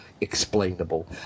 explainable